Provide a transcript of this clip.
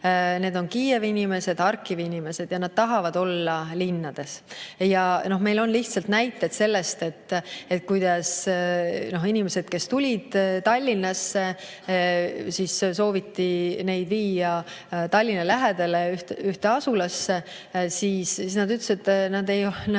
Need on Kiievi inimesed ja Harkivi inimesed. Nad tahavad olla linnas. Meil on näiteid sellest, kuidas inimesed tulid Tallinnasse, siis sooviti neid viia Tallinna lähedale ühte asulasse, aga nemad ütlesid, et nad ei ole